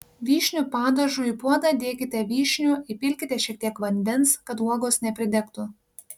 vyšnių padažui į puodą dėkite vyšnių įpilkite šiek tiek vandens kad uogos nepridegtų